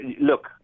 Look